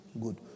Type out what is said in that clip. good